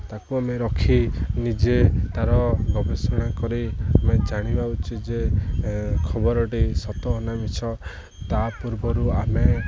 ତାକୁ ଆମେ ରଖି ନିଜେ ତା'ର ଗବେଷଣା କରି ଆମେ ଜାଣିବା ଉଚିତ ଯେ ଖବରଟି ସତ ନା ମିିଛ ତା ପୂର୍ବରୁ ଆମେ